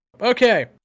Okay